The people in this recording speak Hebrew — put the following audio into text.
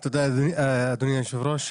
תודה, אדוני היושב-ראש.